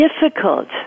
difficult